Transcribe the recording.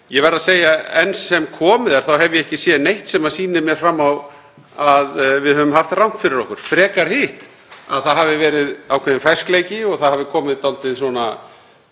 Ég verð að segja að enn sem komið er hef ég ekki séð neitt sem sýnir fram á að við höfum haft rangt fyrir okkur, frekar hitt, að það hafi verið ákveðinn ferskleiki og það hafi komið dálítið